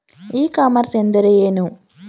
E commerce ಎಂದರೆ ಏನು?